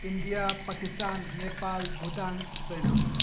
India Pakistan Nepal Bhutan China